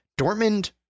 Dortmund